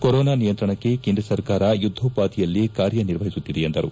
corona ನಿಯಂತ್ರಣಕ್ಕೆ ಕೇಂದ್ರ ಸರ್ಕಾರ ಯುದ್ದೋಪಾದಿಯಲ್ಲಿ ಕಾರ್ಯನಿರ್ವಹಿಸುತ್ತಿದೆ ಎಂದರು